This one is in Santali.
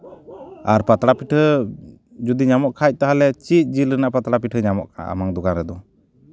ᱟᱨ ᱯᱟᱛᱲᱟ ᱯᱤᱴᱷᱟᱹ ᱡᱩᱫᱤ ᱧᱟᱢᱚᱜ ᱠᱷᱟᱡ ᱪᱮᱫ ᱡᱤᱞ ᱨᱮᱱᱟᱜ ᱯᱟᱛᱲᱟ ᱯᱤᱴᱷᱟᱹ ᱧᱟᱢᱚᱜᱼᱟ ᱟᱢᱟᱝ ᱫᱚᱠᱟᱱ ᱨᱮᱫᱚ